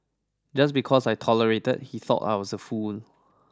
just because I tolerated he thought I was a fool